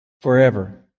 forever